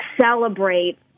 celebrate